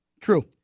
True